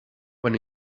when